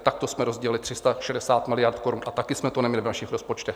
Takto jsme rozdělili 360 miliard korun a taky jsme to neměli v našich rozpočtech.